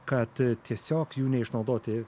kad tiesiog jų neišnaudoti